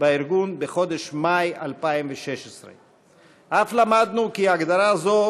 בארגון בחודש מאי 2016. אף למדנו כי הגדרה זו